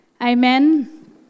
Amen